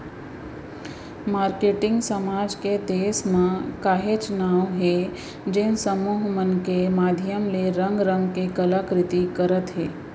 marketing समाज के देस म काहेच नांव हे जेन समूह मन के माधियम ले रंग रंग के कला कृति करत हे